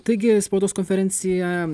taigi spaudos konferencija